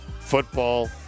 football